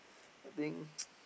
I think